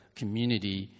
community